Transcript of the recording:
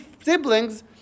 siblings